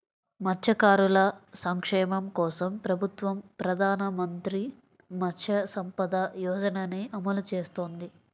మత్స్యకారుల సంక్షేమం కోసం ప్రభుత్వం ప్రధాన మంత్రి మత్స్య సంపద యోజనని అమలు చేస్తోంది